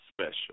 Special